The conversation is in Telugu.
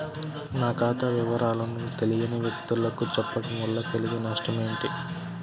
నా ఖాతా వివరాలను తెలియని వ్యక్తులకు చెప్పడం వల్ల కలిగే నష్టమేంటి?